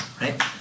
right